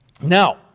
Now